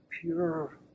pure